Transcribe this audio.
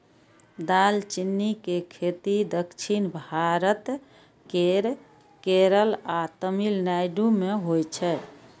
दालचीनी के खेती दक्षिण भारत केर केरल आ तमिलनाडु मे होइ छै